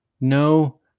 no